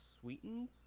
sweetened